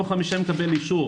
תוך חמישה ימים הוא מקבל אישור.